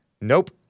Nope